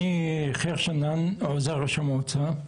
אני עוזר ראש המועצה.